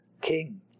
king